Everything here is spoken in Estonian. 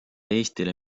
eestile